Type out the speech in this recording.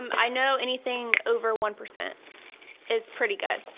um i know anything over one percent is pretty good.